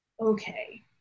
okay